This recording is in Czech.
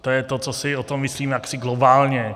To je to, co si tom myslím jaksi globálně.